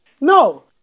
No